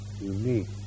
unique